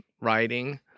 writing